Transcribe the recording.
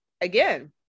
again